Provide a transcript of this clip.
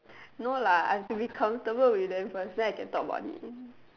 no lah I have to be comfortable with them first then I can talk about it